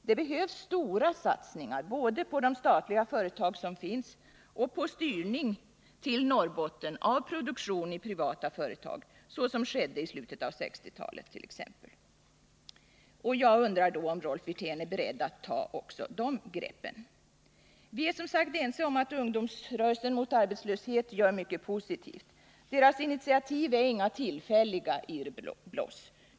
Det behövs stora satsningar både på de statliga företagen och på styrning till Norrbotten av produktion i privata företag, så som skedde i slutet av 1960-talet t.ex. Jag undrar om Rolf Wirtén är beredd att ta också de greppen. Vi är, som sagt, ense om att ungdomsrörelsen mot arbetslöshet gör mycket som är positivt. Initiativen är inga tillfälliga irrbloss.